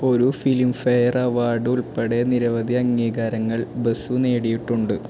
ഒരു Filmfare award ഉൾപ്പെടെ നിരവധി അംഗീകാരങ്ങൾ ബസു നേടിയിട്ടുണ്ട്